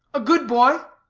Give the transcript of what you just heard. a good boy?